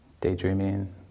daydreaming